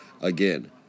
Again